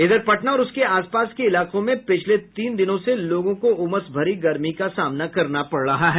इधर पटना और उसके आस पास के इलाकों में पिछले तीन दिनों से लोगों को उमस भरी गर्मी का सामना करना पड़ रहा है